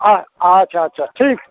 आ आच्छा आच्छा ठीक